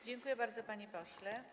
Dziękuję bardzo, panie pośle.